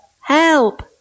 help